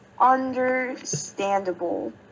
Understandable